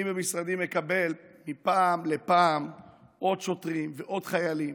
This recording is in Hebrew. אני במשרדי מקבל מפעם לפעם עוד שוטרים ועוד חיילים